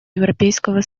европейского